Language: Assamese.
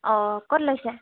অঁ ক'ত লৈছে